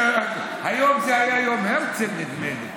היום היה יום הרצל, נדמה לי.